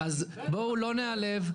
בואו לא ניעלב,